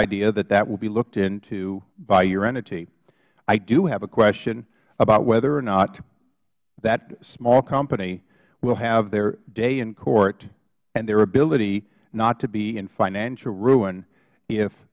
idea that that will be looked in to by your entity i do have a question about whether or not that small company will have their day in court and their ability not to be in financial ruin if